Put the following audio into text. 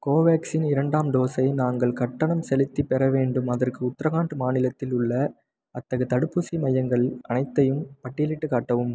கோவேக்சின் இரண்டாம் டோஸை நாங்கள் கட்டணம் செலுத்திப் பெற வேண்டும் அதற்கு உத்தராகண்ட் மாநிலத்தில் உள்ள அத்தகு தடுப்பூசி மையங்கள் அனைத்தையும் பட்டியலிட்டுக் காட்டவும்